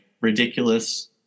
ridiculous